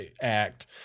Act